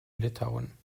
litauen